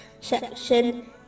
section